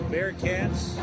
Bearcats